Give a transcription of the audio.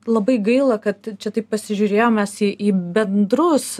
labai gaila kad čia taip pasižiūrėjom mes į bendrus